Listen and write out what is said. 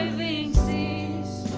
the cc